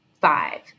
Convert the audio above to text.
five